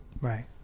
right